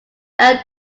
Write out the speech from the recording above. earned